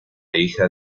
hija